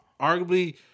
arguably